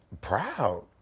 Proud